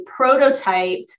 prototyped